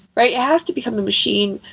right? it has to become the machine.